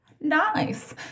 Nice